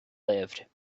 lived